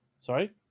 Sorry